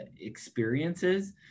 experiences